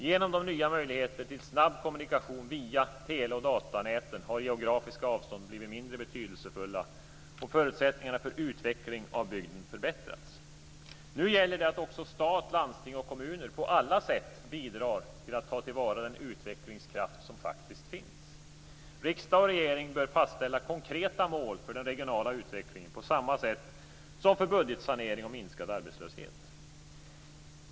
Genom de nya möjligheterna till snabb kommunikation via tele och datanäten har geografiska avstånd blivit mindre betydelsefulla och förutsättningarna för utveckling av bygden förbättrats. Nu gäller det att också stat, landsting och kommuner på alla sätt bidrar till att ta vara på den utvecklingskraft som faktiskt finns. Riksdag och regering bör fastställa konkreta mål för den regionala utvecklingen, på samma sätt som för budgetsanering och minskad arbetslöshet.